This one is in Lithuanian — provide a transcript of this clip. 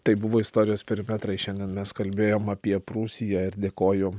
tai buvo istorijos perimetrai šiandien mes kalbėjom apie prūsiją ir dėkoju